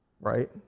right